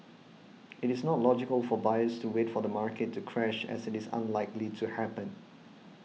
it is not logical for buyers to wait for the market to crash as it is unlikely to happen